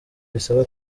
bisaba